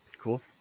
Cool